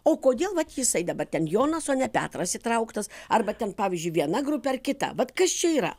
o kodėl vat jisai dabar ten jonas o ne petras įtrauktas arba ten pavyzdžiui viena grupė ar kita vat kas čia yra